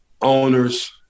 owners